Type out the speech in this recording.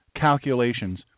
calculations